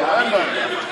אין בעיה.